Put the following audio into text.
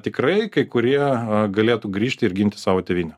tikrai kurie galėtų grįžti ir ginti savo tėvynę